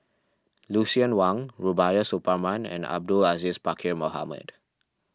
Lucien Wang Rubiah Suparman and Abdul Aziz Pakkeer Mohamed